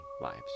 lives